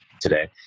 today